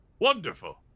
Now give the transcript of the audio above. Wonderful